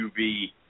UV